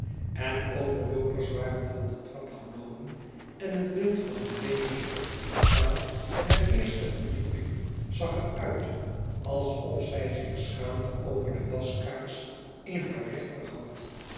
overloopers waren van de trap genomen en het beeld van venus op het portaal der eerste verdieping zag er uit alsof zij zich schaamde over de waskaars in haar rechterhand